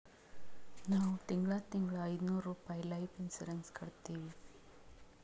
ನಾವ್ ತಿಂಗಳಾ ತಿಂಗಳಾ ಐಯ್ದನೂರ್ ರುಪಾಯಿ ಲೈಫ್ ಇನ್ಸೂರೆನ್ಸ್ ಕಟ್ಟತ್ತಿವಿ